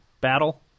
battle